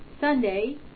Sunday